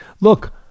look